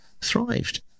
thrived